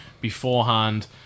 Beforehand